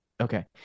Okay